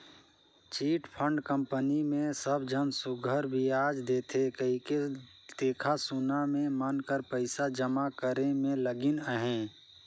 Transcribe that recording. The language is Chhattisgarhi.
चिटफंड कंपनी मे सब झन सुग्घर बियाज देथे कहिके देखा सुना में मन कर पइसा जमा करे में लगिन अहें